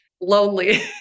Lonely